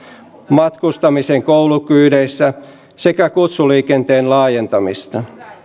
matkustamisen koulukyydeissä sekä kutsuliikenteen laajentamisen